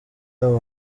abo